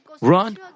run